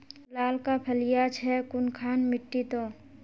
लालका फलिया छै कुनखान मिट्टी त?